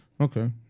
Okay